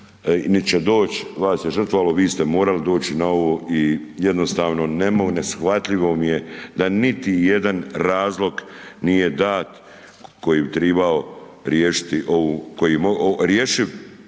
nit će doć, vas se žrtvovalo, vi ste morali doći na ovo i jednostavno neshvatljivo mi je da niti jedan razlog nije dat koji bi trebao riješiti ovu, koji je rješiv